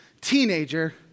teenager